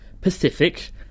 Pacific